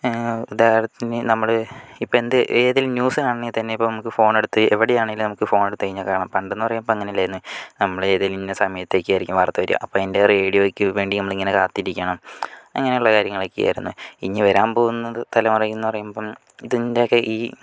ഉദാഹരണത്തിന് നമ്മൾ ഇപ്പോൾ എന്തില് ഏതില് ന്യൂസ് കാണണം തന്നെ ഇപ്പോൾ നമുക്ക് ഫോണെടുത്ത് എവിടെയാണെങ്കിലും നമുക്ക് ഫോണെടുത്ത് കഴിഞ്ഞാൽ കാണാം പണ്ടെന്നു പറഞ്ഞാൽ അങ്ങനെയല്ലായിരുന്നു നമ്മൾ എഴുനേൽക്കുന്ന സമയത്തായിരിക്കും വാർത്ത വരിക അപ്പോൾ അതിൻ്റെ റേഡിയോക്ക് വേണ്ടി നമ്മൾ ഇങ്ങനെ കാത്തിരിക്കണം അങ്ങനെയുള്ള കാര്യങ്ങൾ ഒക്കെയായിരുന്നു ഇനി വരാൻ പോകുന്ന തലമുറയെന്നു പറയുമ്പോൾ ഇതിന്റെയൊക്കെ ഈ